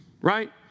right